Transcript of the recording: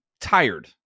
tired